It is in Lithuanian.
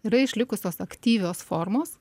yra išlikusios aktyvios formos